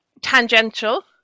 tangential